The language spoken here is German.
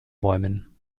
bäumen